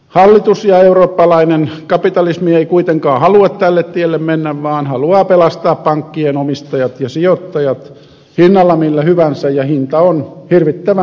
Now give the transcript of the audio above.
hallitus ja eurooppalainen kapitalismi ei kuitenkaan halua tälle tielle mennä vaan haluaa pelastaa pankkien omistajat ja sijoittajat hinnalla millä hyvänsä ja hinta on hirvittävän kallis